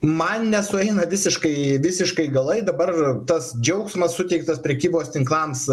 man nesueina visiškai visiškai galai dabar tas džiaugsmas suteiktas prekybos tinklams